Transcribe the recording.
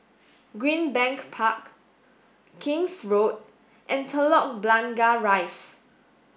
Greenbank Park King's Road and Telok Blangah Rise